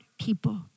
people